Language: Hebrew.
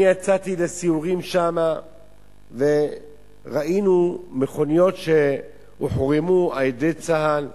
אני יצאתי לסיורים שם וראינו מכוניות שהוחרמו על-ידי צה"ל,